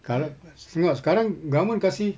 sekarang ah tengok sekarang government kasi